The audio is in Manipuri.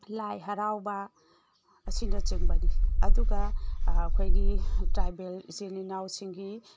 ꯂꯥꯏ ꯍꯔꯥꯎꯕ ꯑꯁꯤꯅ ꯆꯤꯡꯕꯅꯤ ꯑꯗꯨꯒ ꯑꯩꯈꯣꯏꯒꯤ ꯇ꯭ꯔꯥꯏꯕꯦꯜ ꯏꯆꯤꯜ ꯏꯅꯥꯎꯁꯤꯡꯒꯤ